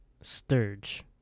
Sturge